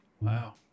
Wow